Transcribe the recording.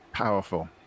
powerful